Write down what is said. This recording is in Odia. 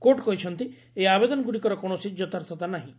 କୋର୍ଟ କହିଛନ୍ତି ଏହି ଆବେଦନଗ୍ରଡ଼ିକର କୌଣସି ଯଥାର୍ଥତା ନାହିଁ